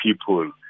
people